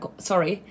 Sorry